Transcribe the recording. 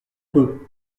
peu